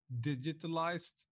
digitalized